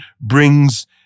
brings